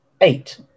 eight